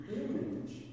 image